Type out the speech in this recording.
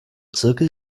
zirkel